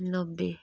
नब्बे